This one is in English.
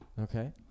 Okay